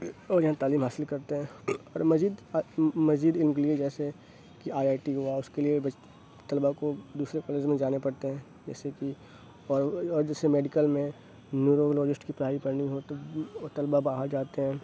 اور یہاں تعلیم حاصل کرتے ہیں اور مزید ایم بی اے جیسے کہ آئی آئی ٹی ہوا اس کے لیے طلبا کو دوسرے کالج میں جانا پڑتے ہیں جیسے کہ اور دوسرے میڈیکل میں نیورولوجسٹ کی پڑھائی پڑھنی ہو تو وہ طلبا باہر جاتے ہیں